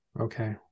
okay